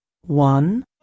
One